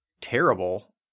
terrible